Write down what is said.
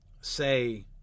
say